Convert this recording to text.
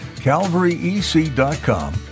calvaryec.com